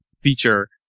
feature